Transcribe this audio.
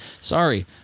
Sorry